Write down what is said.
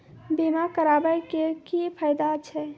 बीमा कराबै के की फायदा छै?